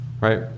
Right